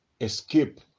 escape